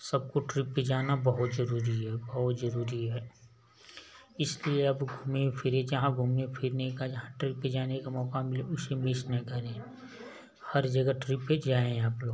सबको ट्रिप पर जाना बहुत जरूरी है बहुत जरूरी है इसलिए आप घूमिए फिरिए जहाँ घूमने फिरने का जहाँ ट्रिप पर जाने का मौका मिले उसे मिस नहीं करें हर जगह ट्रिप पर जाएँ आप लोग